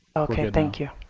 ok thank you.